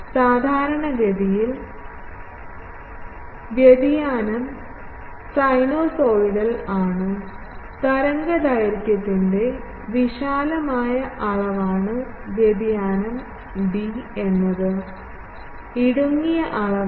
സാധാരണഗതിയിൽ വ്യതിയാനം സിനുസോയ്ഡൽ ആണ് തരംഗദൈർഘ്യത്തിന്റെ വിശാലമായ അളവാണ് വ്യതിയാനം b എന്നത് ഇടുങ്ങിയ അളവാണ്